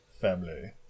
family